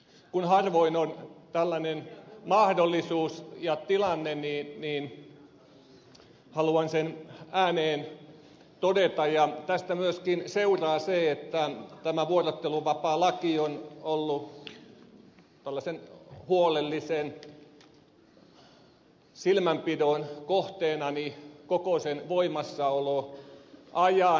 kun harvoin on tällainen mahdollisuus ja tilanne niin haluan sen ääneen todeta ja tästä myöskin seuraa se että tämä vuorotteluvapaalaki on ollut tällaisen huolellisen silmälläpidon kohteenani koko sen voimassaoloajan